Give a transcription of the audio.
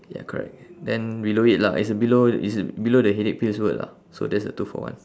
ya correct then below it lah it's below it's below the headache pills word lah so that's the two for one